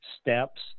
steps